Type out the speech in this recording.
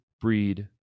breed